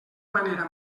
manera